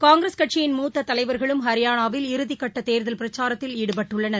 காங்கிரஸ் கட்சியின் மூத்த தலைவர்களும் ஹரியானாவில் இறுதிக்கட்ட தேர்தல் பிரச்சாரத்தில் ஈடுபட்டுள்ளனர்